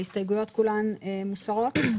ההסתייגויות כולן מוסרות?